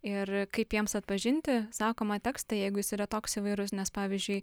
ir kaip jiems atpažinti sakomą tekstą jeigu jis yra toks įvairus nes pavyzdžiui